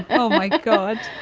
oh my god,